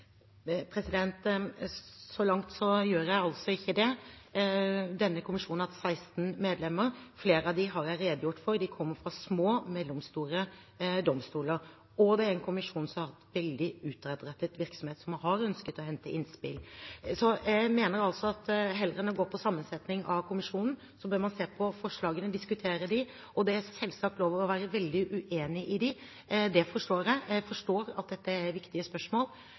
Så langt gjør jeg altså ikke det. Denne kommisjonen har hatt 16 medlemmer. Flere av dem har jeg redegjort for, de kommer fra små og mellomstore domstoler. Og det er en kommisjon som har hatt en veldig utadrettet virksomhet, og som har ønsket å hente innspill. Jeg mener at heller enn å gå på sammensetningen av kommisjonen bør man se på forslagene og diskutere dem. Det er selvsagt lov til å være veldig uenig i dem. Det forstår jeg. Jeg forstår at dette er viktige spørsmål